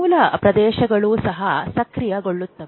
ಮೂಲ ಪ್ರದೇಶಗಳು ಸಹ ಸಕ್ರಿಯಗೊಳ್ಳುತ್ತವೆ